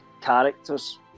characters